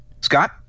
Scott